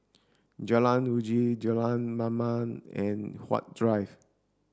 Jalan Uji Jalan Mamam and Huat Drive